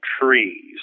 trees